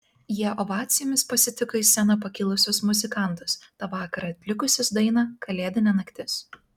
jie ovacijomis pasitiko į sceną pakilusius muzikantus tą vakarą atlikusius dainą kalėdinė naktis